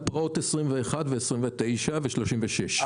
עד פרעות 21 ו-29, ו-36.